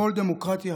כל דמוקרטיה